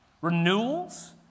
renewals